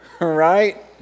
right